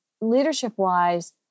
leadership-wise